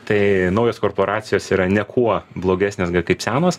tai naujos korporacijos yra ne kuo blogesnės kaip senos